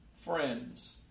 friends